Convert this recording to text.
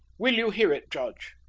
will you hear it, judge?